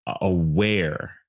aware